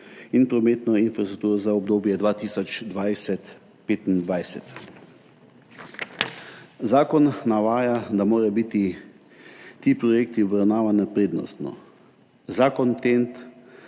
in prometno infrastrukturo za obdobje 2020–2025. Zakon navaja, da morajo biti ti projekti obravnavani prednostno. Zakon TEN-T